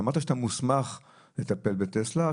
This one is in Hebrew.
אתה אמרת שאתה מוסמך לטפל בטסלה,